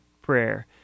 prayer